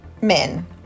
men